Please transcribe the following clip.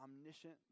omniscient